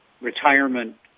retirement